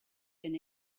been